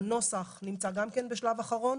הנוסח נמצא גם בשלב אחרון.